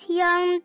young